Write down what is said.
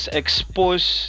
exposed